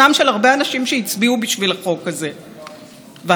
ועכשיו זה כבר הפך לדיבר מעשרת הדיברות,